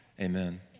Amen